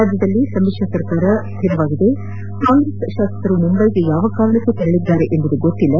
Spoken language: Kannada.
ರಾಜ್ಯದಲ್ಲಿ ಸಮಿತ್ರ ಸರಕಾರ ಸ್ಥಿರವಾಗಿದೆ ಕಾಂಗ್ರೆಸ್ ಶಾಸಕರು ಮುಂಬೈಗೆ ಯಾವ ಕಾರಣಕ್ಕೆ ತೆರಳಿದ್ದಾರೆ ಎಂಬುದು ಗೊತ್ತಿಲ್ಲ